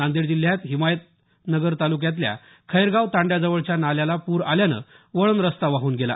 नांदेड जिल्ह्यात हिमायतनगर ताल्क्यातल्या खैरगाव तांड्याजवळच्या नाल्याला पूर आल्यानं वळण रस्ता वाहून गेला